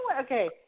Okay